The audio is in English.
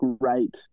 great